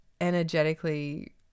energetically